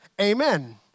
amen